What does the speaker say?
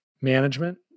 management